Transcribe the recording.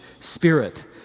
spirit